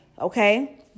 Okay